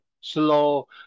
slow